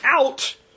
out